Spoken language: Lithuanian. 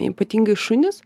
ypatingai šunys